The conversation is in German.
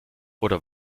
oder